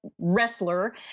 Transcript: wrestler